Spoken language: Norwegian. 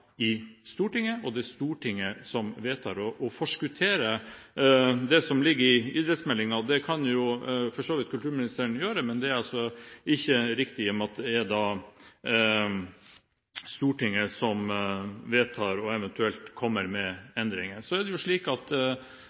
i Stortinget, og det er Stortinget som skal vedta den. Det å forskuttere det som ligger i idrettsmeldingen, kan jo for så vidt kulturministeren gjøre, men det er altså ikke riktig, i og med at det er Stortinget som vedtar og eventuelt kommer med endringer. Så er det slik at